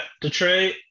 Detroit